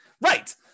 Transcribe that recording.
Right